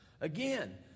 Again